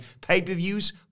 pay-per-views